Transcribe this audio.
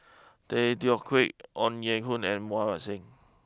Tay Teow Kiat Ong Ye Kung and Mohan Singh